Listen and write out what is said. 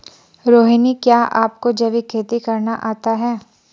रोहिणी, क्या आपको जैविक खेती करना आता है?